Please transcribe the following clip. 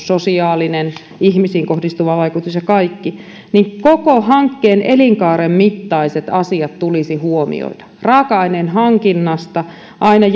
sosiaalinen ihmisiin kohdistuva vaikutus ja kaikki niin koko hankkeen elinkaaren mittaiset asiat tulisi huomioida raaka aineen hankinnasta aina